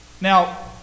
Now